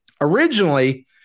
originally